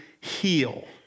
heal